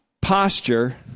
posture